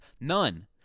None